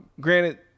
granted